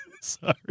sorry